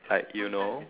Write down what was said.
like you know